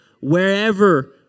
wherever